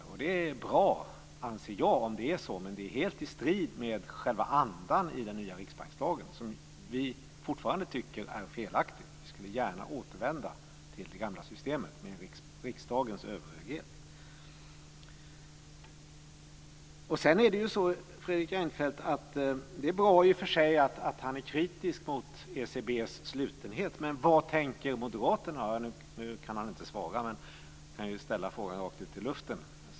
Jag anser att det är bra om det är så, men det är helt i strid med andan i den nya riksbankslagen, som vi fortfarande tycker är felaktig. Vi skulle gärna återvända till de gamla systemet med riksdagens överhöghet. Det är vidare i och för sig bra att Fredrik Reinfeldt är kritisk mot ECB:s slutenhet, men vad tänker moderaterna nu göra för att bekämpa den? Nu kan Fredrik Reinfeldt inte svara på det, men jag kan ställa frågan rakt ut i luften.